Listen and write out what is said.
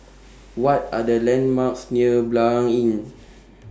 What Are The landmarks near Blanc Inn